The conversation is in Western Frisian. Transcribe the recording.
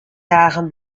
dagen